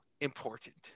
important